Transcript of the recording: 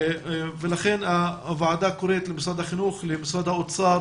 לכן הוועדה קוראת למשרד החינוך ולמשרד האוצר